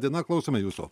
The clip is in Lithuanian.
diena klausome jūsų